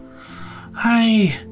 hi